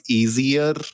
easier